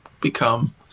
become